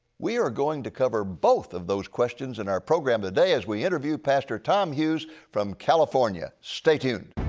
we are going to cover both of those questions in our program today as we interview pastor tom hughes from california. stay tuned.